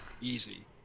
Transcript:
Easy